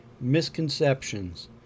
misconceptions